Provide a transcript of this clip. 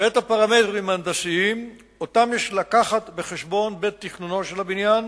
ואת הפרמטרים ההנדסיים שיש להביא בחשבון בתכנונו של הבניין